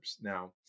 Now